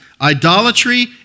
idolatry